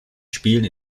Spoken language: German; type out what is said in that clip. spielen